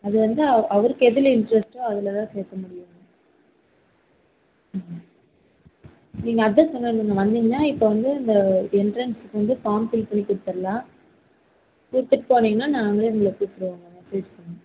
அது வந்து அவ் அவருக்கு எதில் இன்ட்ரெஸ்ட்டோ அதில் தான் சேர்க்க முடியும் நீங்கள் அட்ரஸ் வந்து வந்திங்கனா இப்போ வந்து இந்த என்ட்ரன்ஸ்க்கு வந்து ஃபார்ம் ஃபில் பண்ணி கொடுத்தர்லாம் கொடுத்துட் போனிங்கனா நான் வந்து உங்களை கூப்பிடுவோங்க